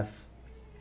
~ve